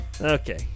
Okay